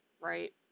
right